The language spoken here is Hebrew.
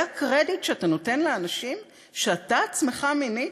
זה הקרדיט שאתה נותן לאנשים שאתה עצמך מינית?